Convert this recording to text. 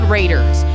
Raiders